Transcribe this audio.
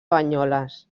banyoles